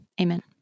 Amen